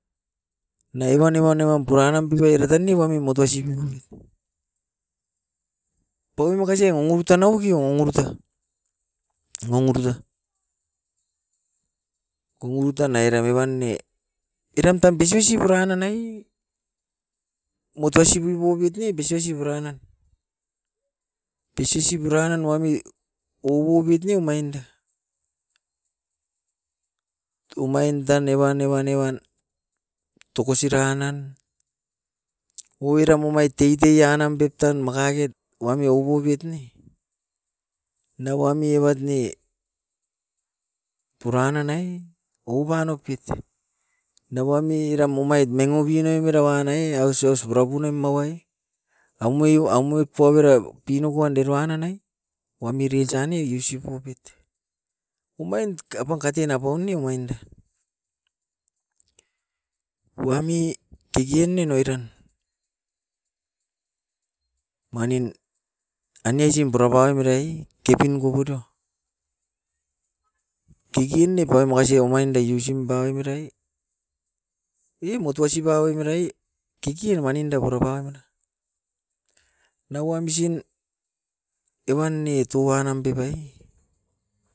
Na evan, evan, evan puran nam pipaira tan ne wami motoi sipiup. Paui makasi gogorota nao gi gogorota, gogorota. Gogorota nairan evan ne eram tam pispisi puran nanai motoi sipiup oupit ne bisibasi purana. Bisiisi buranan wami oububit ne omainda, tuomain tan evan, evan, evan toko siran nan ouram omait tetei anam pep tan makaket wami oupobiot ne na wami evat ne puran nanai ouban oupit. Na wami eram omait mengo binoim era wan nae aus aus pura punim mawai, aumui aumuai poua avera pinokuan deroan nanai wamiri sane usiu poupit. Omain tekapan katen apaun ne wainda, wami kikinin oiran. Manin aine aisim purapau merai kepin gogodo, kikin ne pau makasi omain da usim paumerai i motouasipa oimerai kikin maninda pura pauana. Na wamsin evan ne tu wan nam pep ai